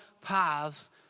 paths